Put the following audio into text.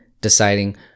deciding